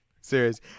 Serious